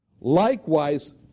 likewise